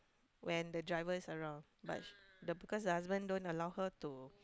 when the driver is around but she because husband don't allow her to